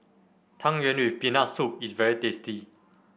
Tang Yuen with Peanut Soup is very tasty